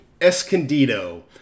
Escondido